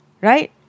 right